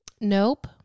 Nope